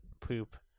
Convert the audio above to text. poop